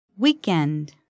Weekend